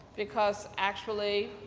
because, actually,